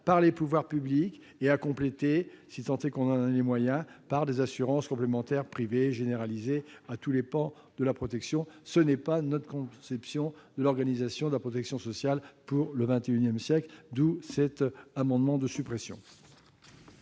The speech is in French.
par les pouvoirs publics et à compléter, si tant est que l'on en a les moyens, par des assurances complémentaires privées, généralisées à tous les pans de la protection, ce n'est pas notre conception de l'organisation de la protection sociale du XXI siècle. C'est pourquoi nous demandons la suppression